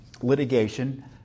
litigation